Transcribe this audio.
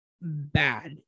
bad